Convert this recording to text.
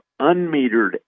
unmetered